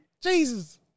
Jesus